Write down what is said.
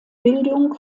bildung